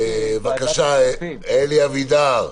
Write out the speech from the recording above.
בבקשה, אלי אבידר.